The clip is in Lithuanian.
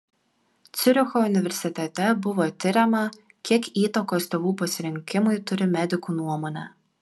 ciuricho universitete buvo tiriama kiek įtakos tėvų pasirinkimui turi medikų nuomonė